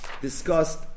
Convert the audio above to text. discussed